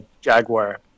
jaguar